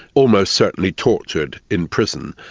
almost certainly tortured in prison.